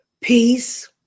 peace